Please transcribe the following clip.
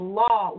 law